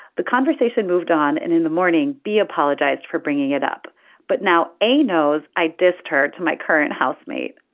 the conversation moved on and in the morning she apologized for bringing it up but now a nose i dissed her to my current housemate.